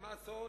ומה לעשות,